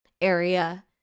area